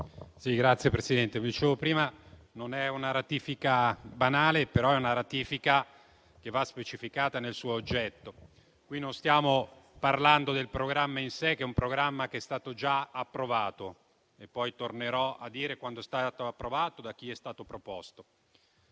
Signor Presidente, dicevo prima che non è una ratifica banale, ma è una ratifica che va specificata nel suo oggetto. Qui non stiamo parlando del programma in sé, che è stato già approvato, e poi tornerò a dire quando lo è stato e da chi è stato proposto.